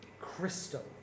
crystal